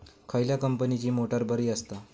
खयल्या कंपनीची मोटार बरी असता?